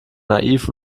naiv